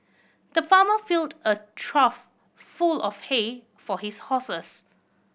the farmer filled a trough full of hay for his horses